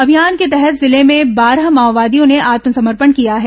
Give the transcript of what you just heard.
अभियान के तहत जिले में बारह माओवादियों ने आत्मसमर्पण किया हैं